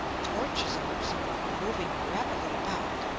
torches are observed moving rapidly about,